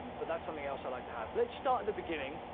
but that's something else i like to have, let's start at the beginning.